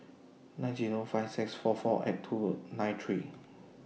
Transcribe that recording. nine Zero five six four four eight two nine three